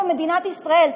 במדינת ישראל,